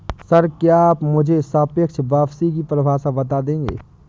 Sir, क्या आप मुझे सापेक्ष वापसी की परिभाषा बता देंगे?